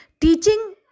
Teaching